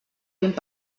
vint